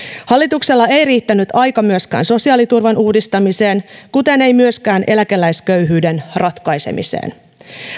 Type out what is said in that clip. hallituksella ei riittänyt aika myöskään sosiaaliturvan uudistamiseen kuten ei myöskään eläkeläisköyhyyden ratkaisemiseen